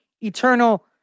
eternal